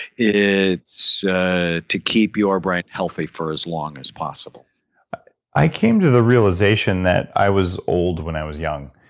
it is so ah to keep your brain healthy for as long as possible i came to the realization that i was old when i was young.